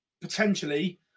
potentially